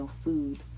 food